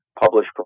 Publish